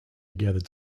gathered